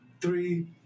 three